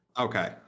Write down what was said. Okay